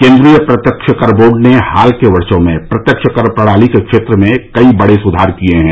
केंद्रीय प्रत्यक्ष कर बोर्ड ने हाल के वर्षो में प्रत्यक्ष कर प्रणाली के क्षेत्र में कई बड़े सुधार किए हैं